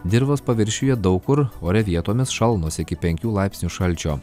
dirvos paviršiuje daug kur ore vietomis šalnos iki penkių laipsnių šalčio